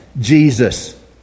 Jesus